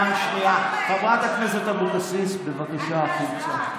סמי אבו שחאדה,